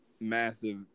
massive